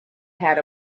had